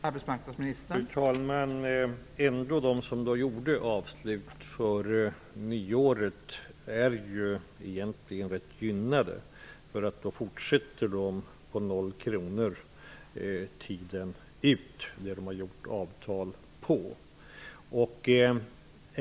Fru talman! De som gjorde avslut före nyåret är egentligen ändå rätt gynnade. De behöver inte betala någon avgift för den tid som avtalet gäller.